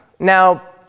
Now